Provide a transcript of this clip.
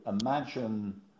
imagine